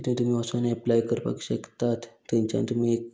तितून तुमी वोसोन एप्लाय करपाक शकतात थंयच्यान तुमी एक